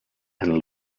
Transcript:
and